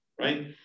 right